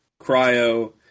cryo